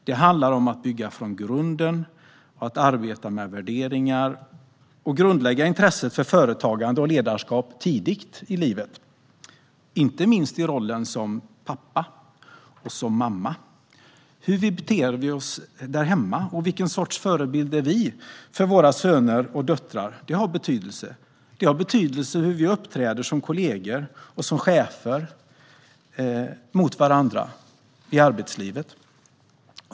Det handlar om att bygga från grunden, att arbeta med värderingar och att grundlägga intresset för företagande och ledarskap tidigt i livet, inte minst i rollen som pappa och som mamma. Hur vi beter oss hemma och vilken sorts förbild vi är för våra söner och döttrar har betydelse. Det har betydelse hur vi uppträder mot varandra i arbetslivet som kollegor och som chefer.